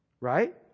Right